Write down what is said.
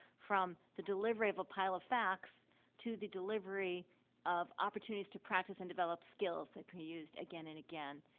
from the delivery of a pile of facts to the delivery of opportunities to practice and develop skills that can be used again and again.